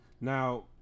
Now